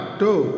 two